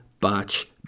batch